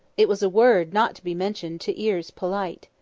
it was a word not to be mentioned to ears polite.